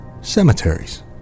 cemeteries